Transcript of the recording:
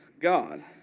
God